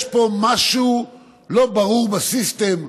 יש פה משהו לא ברור בסיסטם,